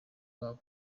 babo